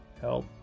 help